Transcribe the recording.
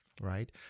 right